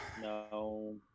No